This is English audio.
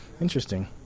Interesting